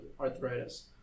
arthritis